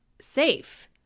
safe